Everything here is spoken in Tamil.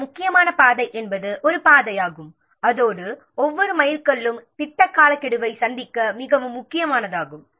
ஒரு முக்கியமான பாதை என்பது ஒரு பாதை அதனுடன் ஒவ்வொரு மைல்கல்லும் ப்ராஜெக்ட் காலக்கெடுவை சந்திக்க மிகவும் முக்கியமானதாகும்